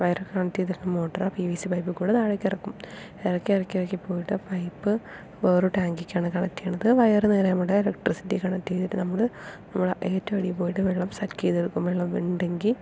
വയറ് കണക്ട് ചെയ്തിട്ട് മോട്ടറ് ആ പി വി സി പൈപ്പിൽക്കൂടെ താഴേക്ക് ഇറക്കും ഇറക്കി ഇറക്കി പോയിട്ട് പൈപ്പ് വേറൊരു ടാങ്കിലേക്കാണ് കണക്ട് ചെയ്യണത് വയറ് നേരെ നമ്മുടെ എലെക്ട്രിസിറ്റി കണക്ട് ചെയ്തിട്ട് നമ്മൾ നമ്മുടെ ഏറ്റവും അടിയിൽ പോയിട്ട് വെള്ളം സക്ക് ചെയ്ത് എടുക്കും വെള്ളം ഉണ്ടെങ്കിൽ